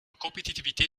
compétitivité